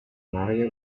mario